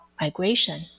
migration